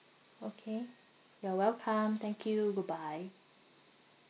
okay you're welcome thank you goodbye